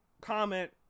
comment